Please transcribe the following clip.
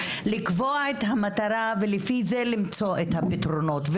לקבוע את המטרה ולפי זה למצוא את הפתרונות.